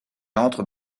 entre